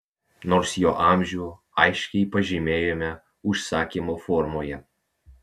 nors jo amžių aiškiai pažymėjome užsakymo formoje